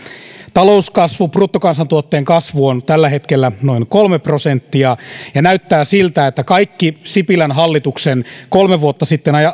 talouskasvu bruttokansantuotteen kasvu on tällä hetkellä noin kolme prosenttia ja näyttää siltä että kaikki sipilän hallituksen kolme vuotta sitten